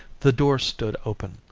the door stood open.